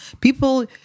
People